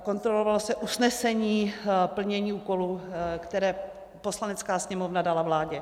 Kontrolovalo se usnesení plnění úkolů, které Poslanecká sněmovna dala vládě.